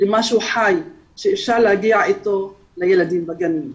למשהו חי שאפשר להגיע איתו לילדים בגנים.